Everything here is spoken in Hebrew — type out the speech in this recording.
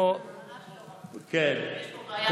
ממש לא רק תקציב, אבל יש פה בעיה גם של תקציב.